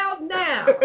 now